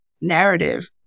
narrative